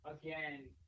again